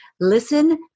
listen